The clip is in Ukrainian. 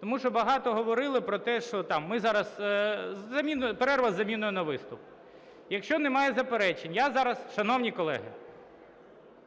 Тому що багато говорили про те, що там зараз перерва з заміною на виступ. Якщо немає заперечень, я зараз… Шановні колеги…